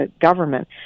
government